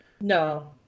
No